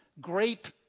great